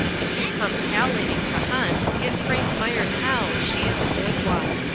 if you come callating to hunt get frank meyer's hound she is a good one.